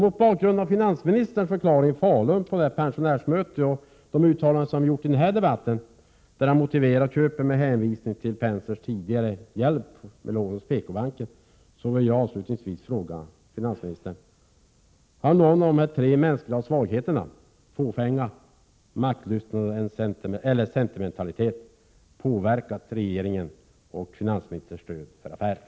Mot bakgrund av finansministerns förklaring på ett pensionärsmöte i Falun och de uttalanden som gjorts i den här debatten, där han motiverar köpet med hänvisning till Pensers tidigare hjälp med lån hos PKbanken, vill jag avslutningsvis fråga finansministern: Har någon av de tre mänskliga svagheterna — fåfänga, maktlystnad eller sentimentalitet — påverkat regeringens och finansministerns stöd för affären?